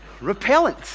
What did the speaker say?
Repellent